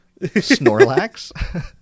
Snorlax